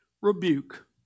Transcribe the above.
rebuke